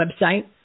website